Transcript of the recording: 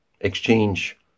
exchange